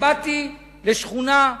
כשבאתי לשכונה,